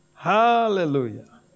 Hallelujah